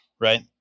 right